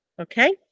Okay